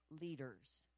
leaders